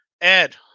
Ed